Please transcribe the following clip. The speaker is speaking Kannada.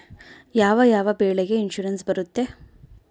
ಯಾವ ಯಾವ ಬೆಳೆಗೆ ಇನ್ಸುರೆನ್ಸ್ ಬರುತ್ತೆ?